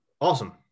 Awesome